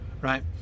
right